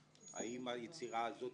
האם היצירה הזאת